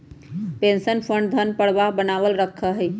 pension fund धन प्रवाह बनावल रखा हई